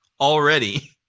already